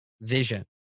vision